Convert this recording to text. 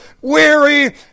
weary